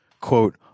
quote